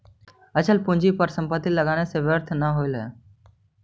अचल पूंजी पर संपत्ति लगावे से व्यर्थ न होवऽ हई